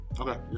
Okay